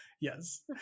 Yes